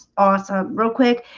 awesome real quick.